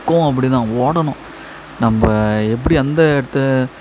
கொக்கோவும் அப்படிதான் ஓடணும் நம்ம எப்படி எந்த இடத்த